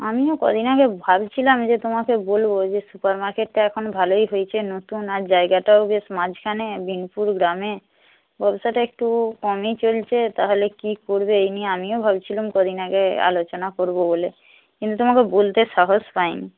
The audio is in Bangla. আমিও কদিন আগে ভাবছিলাম যে তোমাকে বলব যে সুপার মার্কেটটা এখন ভালোই হয়েছে নতুন আর জায়গাটাও বেশ মাঝখানে বিনপুর গ্রামে ব্যবসাটা একটু কমই চলছে তাহলে কী করবে এই নিয়ে আমিও ভাবছিলাম কদিন আগে আলোচনা করব বলে কিন্তু তোমাকে বলতে সাহস পাইনি